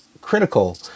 critical